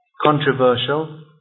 controversial